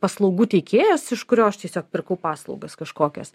paslaugų teikėjas iš kurio aš tiesiog pirkau paslaugas kažkokias